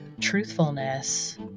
truthfulness